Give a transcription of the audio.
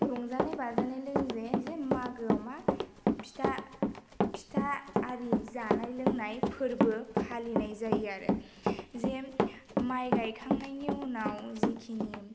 रंजानाय बाजानाय लोगोसे जे मागोआव मा फिथा फिथा आरि जानाय लोंनाय फोरबो फालिनाय जायो आरो जेन माइ गाइखांनायनि उनाव जिखिनि